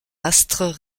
astres